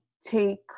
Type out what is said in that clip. take